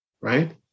right